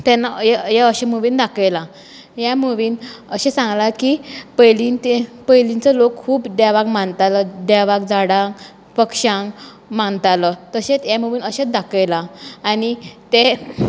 तेन्ना हें हें अशें मुवीन दाखयलां ह्या मुवीन अशें सांगलां की पयलीं ते पयलींचो लोक खूब देवाक मानतालो देवाक झाडां पक्षांक मानतालो तशेंच हे मुवीन अशेंत दाखयलां आनी ते